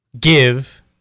give